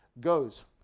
goes